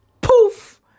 Poof